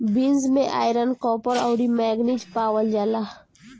beans में iron, copper, अउरी manganese पावल जाला